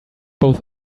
both